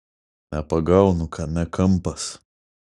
nepagaunu kame kampas